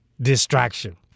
distraction